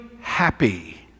happy